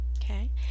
Okay